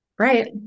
Right